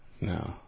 No